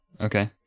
Okay